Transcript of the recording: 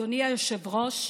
אדוני היושב-ראש,